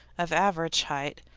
of average height,